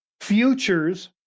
Futures